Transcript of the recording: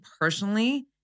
personally